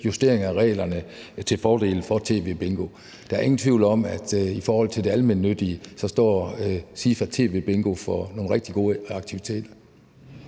justering af reglerne til fordel for SIFA TVBingo. Der er ingen tvivl om, at i forhold til det almennyttige står SIFA TVBingo for nogle rigtig gode aktiviteter.